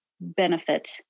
benefit